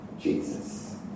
Jesus